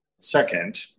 Second